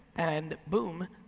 and boom,